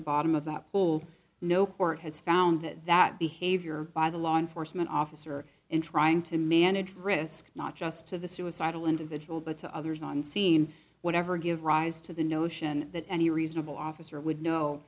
the bottom of that hole no court has found that that behavior by the law enforcement officer in trying to manage risk not just to the suicidal individual but to others on scene whatever give rise to the notion that any reasonable officer would know